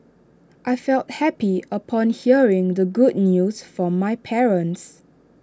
I felt happy upon hearing the good news from my parents